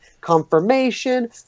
confirmation